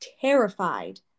terrified